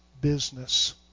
business